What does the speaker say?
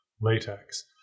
latex